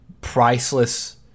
Priceless